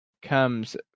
comes